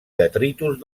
detritus